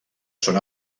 són